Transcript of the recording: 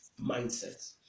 mindsets